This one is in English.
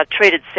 treated